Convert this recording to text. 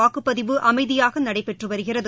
வாக்குப்பதிவு அமைதியாக நடைபெற்று வருகிறது